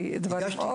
בבקשה.